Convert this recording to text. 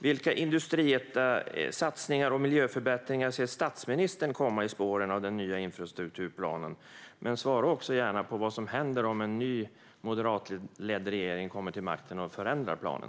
Vilka satsningar och miljöförbättringar ser statsministern komma i spåren av den nya infrastrukturplanen? Svara också gärna på vad som händer om en ny moderatledd regering kommer till makten och förändrar planen.